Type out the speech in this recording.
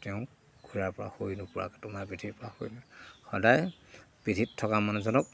তেওঁক ঘোঁৰাৰ পৰা হৈ নোপৰাকে তোমাৰ পিঠিৰ পৰা হৈ সদায় পিঠিত থকা মানুহজনক